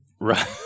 Right